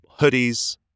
hoodies